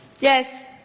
Yes